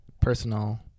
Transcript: personal